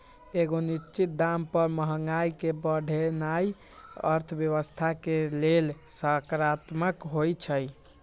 एगो निश्चित दाम पर महंगाई के बढ़ेनाइ अर्थव्यवस्था के लेल सकारात्मक होइ छइ